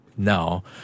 now